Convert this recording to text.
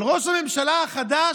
אבל ראש הממשלה החדש,